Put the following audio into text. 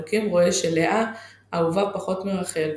אלוהים רואה שלאה אהובה פחות מרחל,